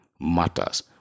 matters